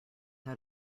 how